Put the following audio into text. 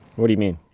what do you mean?